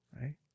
right